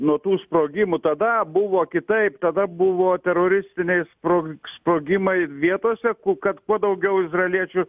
nuo tų sprogimų tada buvo kitaip tada buvo teroristiniai spro sprogimai vietose ku kad kuo daugiau izraeliečių